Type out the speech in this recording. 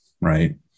right